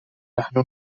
نحن